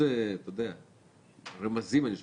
יש פה הרבה מאוד רמזים, אני שומע.